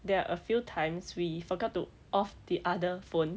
there are a few times we forgot to off the other phone